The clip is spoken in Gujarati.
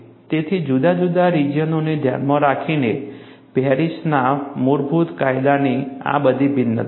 તેથી જુદા જુદા રિજિયનોને ધ્યાનમાં રાખીને પેરિસના મૂળભૂત કાયદાની આ બધી ભિન્નતા છે